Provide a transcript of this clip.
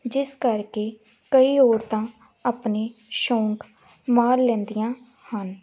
ਜਿਸ ਕਰਕੇ ਕਈ ਔਰਤਾਂ ਆਪਣੇ ਸ਼ੌਂਕ ਮਾਰ ਲੈਂਦੀਆਂ ਹਨ